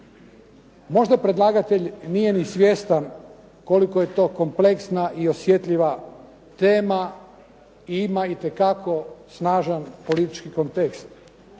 Možda prodavatelj nije ni svjestan koliko je to kompleksna i osjetljiva tema i ima itekako snažan politički kontekst.